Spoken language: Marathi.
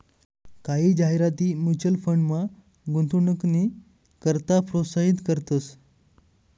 कायी जाहिराती म्युच्युअल फंडमा गुंतवणूकनी करता प्रोत्साहित करतंस